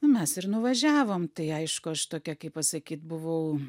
nu mes ir nuvažiavom tai aišku aš tokia kaip pasakyt buvau